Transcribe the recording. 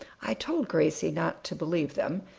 i told gracie not to believe them,